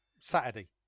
Saturday